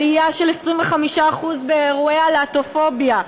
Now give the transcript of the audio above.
עלייה של 25% באירועי הלהט"בופוביה,